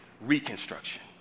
reconstruction